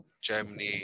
Germany